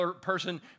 person